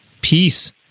peace